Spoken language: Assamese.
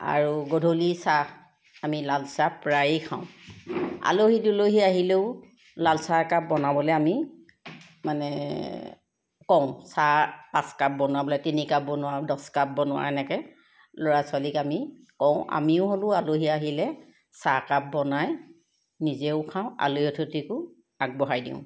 আৰু গধূলি চাহ আমি লালচাহ প্ৰায়ে খাওঁ আলহী দুলহী আহিলেও লালচাহ একাপ বনাবলৈ আমি মানে কওঁ চাহ পাঁচ কাপ বনাবলৈ তিনি কাপ বনোৱা দহ কাপ বনোৱা এনেকৈ ল'ৰা ছোৱালীক আমি কওঁ আমিও হ'লেও আলহী আহিলে চাহকাপ বনাই নিজেও খাওঁ আলহী অতিথিকো আগবঢ়াই দিওঁ